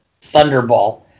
Thunderball